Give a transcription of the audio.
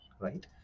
right